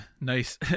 Nice